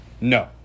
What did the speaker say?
no